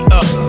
up